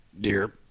Dear